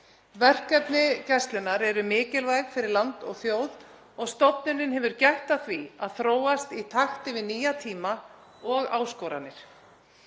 Verkefni Gæslunnar eru mikilvæg fyrir land og þjóð og stofnunin hefur gætt að því að þróast í takt við nýja tíma og áskoranir.